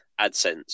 AdSense